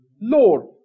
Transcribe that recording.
Lord